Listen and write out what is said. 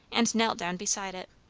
and knelt down beside it.